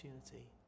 opportunity